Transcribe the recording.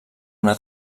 una